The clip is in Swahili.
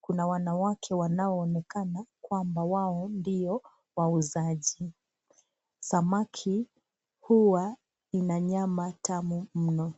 kuna wanawake wanaonekana kana kwamba wao ndio wauzaji samaki huwa Ina nyama tamu mno.